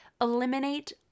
eliminate